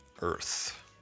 earth